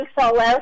solo